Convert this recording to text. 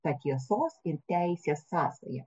ta tiesos ir teisė sąsają